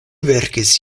verkis